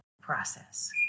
process